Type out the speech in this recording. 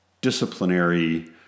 disciplinary